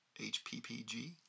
HPPG